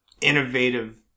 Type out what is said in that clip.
innovative